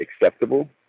acceptable